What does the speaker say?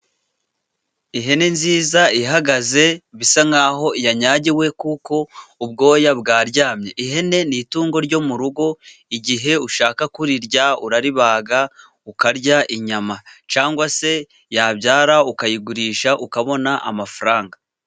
Ihene nziza ihagaze, bisa nkaho yanyagiwe, kuko ubwoya bwaryamye, ihene ni itungo ryo mu rugo, igihe ushaka kurirya, uraribaga ukarya inyama, cyangwa se yabyara ukayigurisha, ukabona amafaranga.